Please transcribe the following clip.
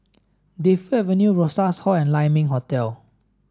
Defu Avenue Rosas Hall and Lai Ming Hotel